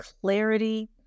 clarity